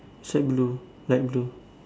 same blue light blue